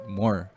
more